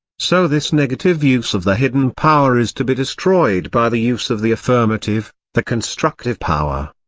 so this negative use of the hidden power is to be destroyed by the use of the affirmative, the constructive power.